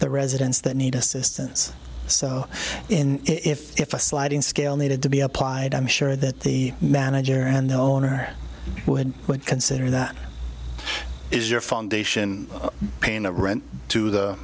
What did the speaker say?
the residents that need assistance so in if if a sliding scale needed to be applied i'm sure that the manager and the owner would consider that is your foundation paying a rent to the